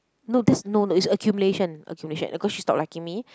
no this no no it's accumulation accumulation cause she stop liking me